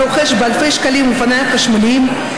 הרוכש באלפי שקלים אופניים חשמליים,